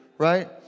right